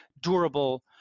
durable